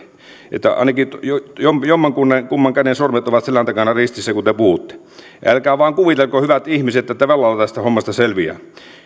että ainakin jommankumman käden sormet ovat selän takana ristissä kun te puhutte älkää vain kuvitelko hyvät ihmiset että velalla tästä hommasta selviää